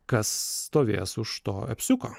kas stovės už to epsuko